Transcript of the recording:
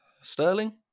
sterling